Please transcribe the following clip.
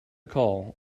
call